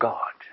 God